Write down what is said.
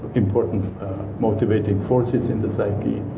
important motivating forces in the psyche,